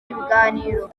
ibiganiro